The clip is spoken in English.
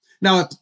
Now